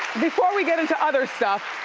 before we get into other stuff,